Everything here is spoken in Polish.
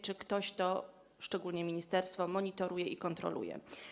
Czy ktoś, szczególnie ministerstwo, to monitoruje i kontroluje?